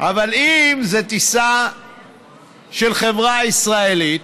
אבל אם זו טיסה של חברה ישראלית,